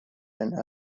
and